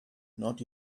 not